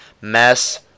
mess